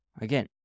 Again